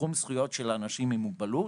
בתחום זכויות של אנשים עם מוגבלות